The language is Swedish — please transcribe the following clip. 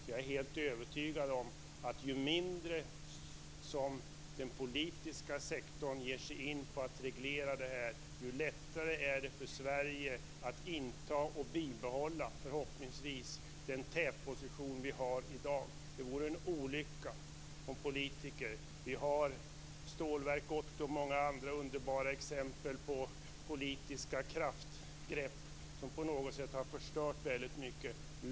Jag är därför helt övertygad om att ju mindre som den politiska sektorn ger sig in på att reglera detta, desto lättare är det för Sverige att inta och förhoppningsvis bibehålla den tätposition som vi har i dag. Vi har Stålverk 80 och många andra underbara exempel på politiska kraftgrepp som på något sätt har förstört väldigt mycket. Det vore en olycka om det hände igen.